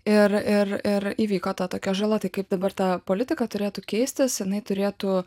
ir ir ir įvyko ta tokia žala tai kaip dabar ta politiką turėtų keistis jinai turėtų